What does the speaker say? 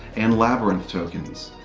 and labyrinth tokens.